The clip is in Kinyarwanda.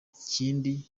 ikindi